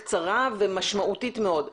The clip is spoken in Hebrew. קצרה ומשמעותית מאוד,